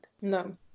No